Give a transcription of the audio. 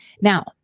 Now